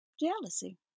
jealousy